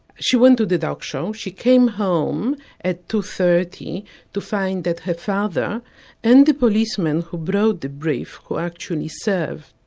she went to the dog show, she came home at two. thirty to find that her father and the policeman who brought the brief, who actually served,